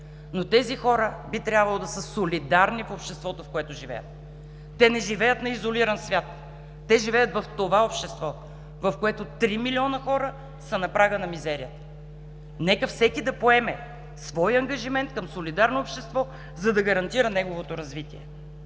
но тези хора би трябвало да са солидарни в обществото, в което живеят. Те не живеят в изолиран свят, те живеят в това общество, в което три милиона хора са на прага на мизерията. Нека всеки да поеме своя ангажимент към солидарно общество, за да гарантира неговото развитие!